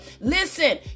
listen